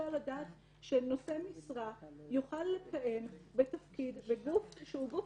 על הדעת שנושא משרה יוכל לכהן בגוף שהוא גוף